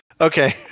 Okay